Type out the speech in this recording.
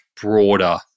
broader